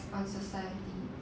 on society